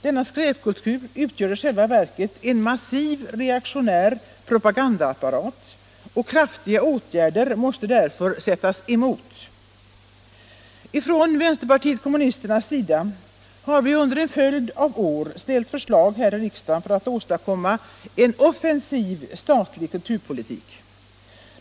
Denna skräpkultur utgör i själva verket en massiv reaktionär propagandaapparat. Kraftiga åtgärder måste därför sättas emot. Från vänsterpartiet kommunisterna har vi under en följd av år ställt förslag i riksdagen för att åstadkomma en offensiv statlig kulturpolitik.